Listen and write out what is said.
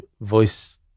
voice